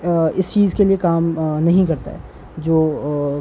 اس چیز کے لیے کام نہیں کرتا ہے جو